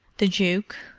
the duke,